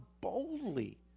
boldly